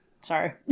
sorry